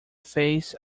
face